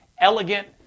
elegant